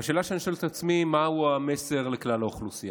והשאלה שאני שואל את עצמי היא: מהו המסר לכלל האוכלוסייה?